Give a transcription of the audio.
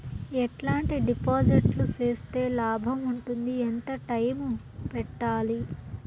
ఎట్లాంటి డిపాజిట్లు సేస్తే లాభం ఉంటుంది? ఎంత టైము పెట్టాలి?